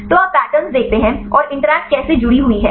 तो आप पैटर्न देखते हैं और इंटरैक्ट कैसे जुड़ी हुई है